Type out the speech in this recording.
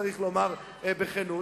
צריך לומר בכנות,